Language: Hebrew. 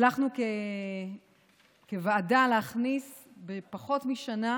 הצלחנו כוועדה להכניס בפחות משנה